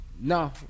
No